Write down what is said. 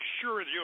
sure